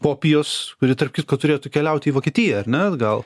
kopijos kuri tarp kitko turėtų keliaut į vokietiją ar ne atgal